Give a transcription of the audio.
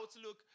outlook